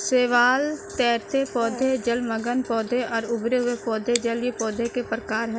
शैवाल, तैरते पौधे, जलमग्न पौधे और उभरे हुए पौधे जलीय पौधों के प्रकार है